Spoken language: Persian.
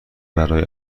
برای